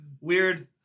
Weird